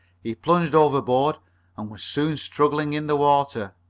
he plunged overboard and was soon struggling in the water.